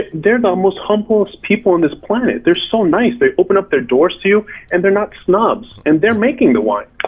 they're the most humblest people on this planet, they're so nice, they open up their doors to you and they're not snobs, and they're making the wine.